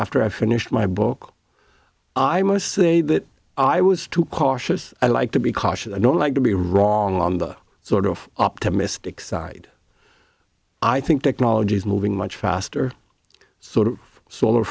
after i finished my book i must say that i was too cautious i like to be cautious i don't like to be wrong on the sort of optimistic side i think technology is moving much faster sort of so